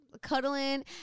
cuddling